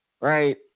right